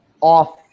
off